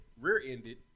rear-ended